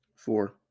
four